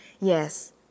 Yes